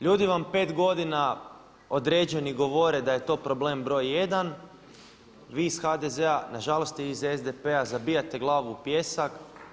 Ljudi vam pet godina određeni govore da je to problem broj jedan, vi iz HDZ-a, na žalost i vi iz SDP-a zabijate glavu u pijesak.